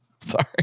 Sorry